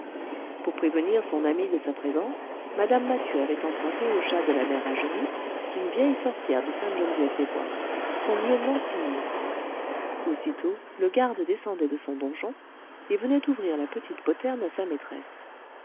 pour prévenir son ami de sa présence mme mathieu avait emprunté au chat de la mère agenoux une vieille sorcière de sainte geneviève desbois son miaulement sinistre aussitôt le garde descendait de son donjon et venait ouvrir la petite poterne à sa maîtresse